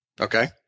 Okay